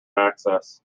access